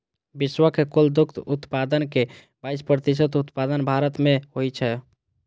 विश्व के कुल दुग्ध उत्पादन के बाइस प्रतिशत उत्पादन भारत मे होइ छै